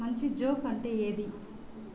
మంచి జోక్ అంటే ఏది